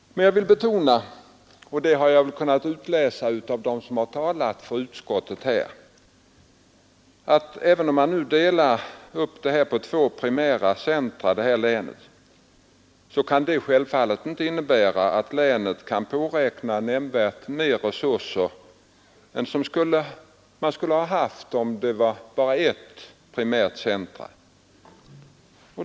Jag vill betona — och denna uppfattning har jag kunnat utläsa hos dem som talat för utskottet — att även om man delar upp detta län på två primära centra, kan det självfallet inte innebära att länet kan påräkna nämnvärt större resurser än det skulle ha fått, om det varit fråga om ett primärt centrum.